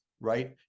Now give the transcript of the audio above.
right